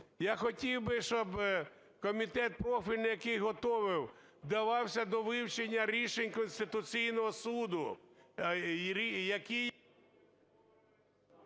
Я хотів би, щоб комітет профільний, який готував, вдавався до вивчення рішення Конституційного Суду, який...